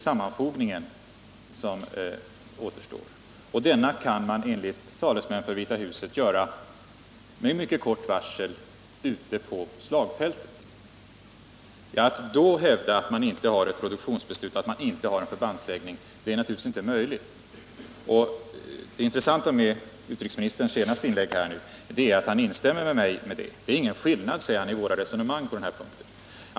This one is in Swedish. Sammanfogningen återstår, och den kan enligt talesmän för Vita huset göras med mycket kort varsel ute på slagfältet. Att då hävda att man inte har ett produktionsbeslut och att man inte har en förbandsläggning är naturligtvis inte möjligt. Det intressanta med utrikesministerns sensaste inlägg är att han instämmer med mig i detta. Det är ingen skillnad, säger han, i våra resonemang på den punkten.